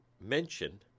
mention